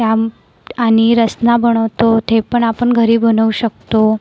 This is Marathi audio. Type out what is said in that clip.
त्या आणि रसना बनवतो ते पण आपण घरी बनवू शकतो